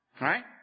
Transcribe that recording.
Right